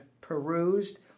perused